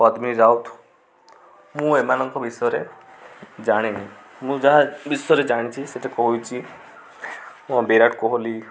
ପଦ୍ମୀନି ରାଉତ ମୁଁ ଏମାନଙ୍କ ବିଷୟରେ ଜାଣିନି ମୁଁ ଯାହା ବିଷୟରେ ଜାଣିଚି ସେଇଟା କହିଛି ମୋ ବିରାଟ କୋହଲି